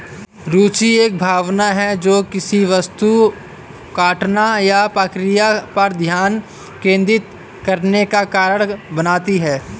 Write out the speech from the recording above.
रूचि एक भावना है जो किसी वस्तु घटना या प्रक्रिया पर ध्यान केंद्रित करने का कारण बनती है